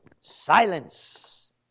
Silence